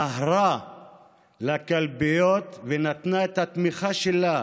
נהרה לקלפיות ונתנה את התמיכה שלה